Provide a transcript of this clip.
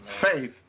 faith